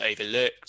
overlooked